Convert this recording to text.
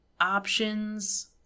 options